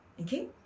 okay